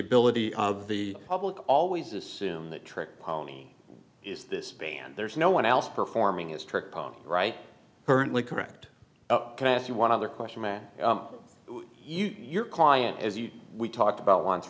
ability of the public always assume that trick pony is this band there's no one else performing his trick pony right currently correct can ask you one other question matt your client as you we talked about